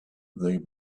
they